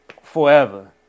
forever